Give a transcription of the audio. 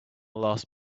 last